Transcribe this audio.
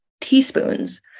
teaspoons